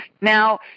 Now